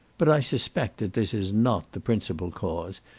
but i suspect that this is not the principal cause,